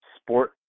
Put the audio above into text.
sport